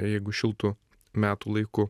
jeigu šiltu metų laiku